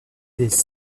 des